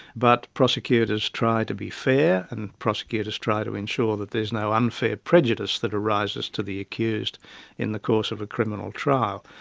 but prosecutors try to be fair and prosecutors try to ensure that there is no unfair prejudice that arises to the accused in the course of a criminal trial.